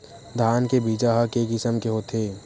धान के बीजा ह के किसम के होथे?